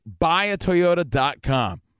buyatoyota.com